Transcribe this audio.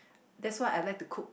that's why I like to cook